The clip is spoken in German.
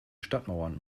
stadtmauern